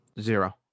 Zero